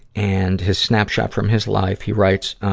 and his snapshot from his life, he writes, ah,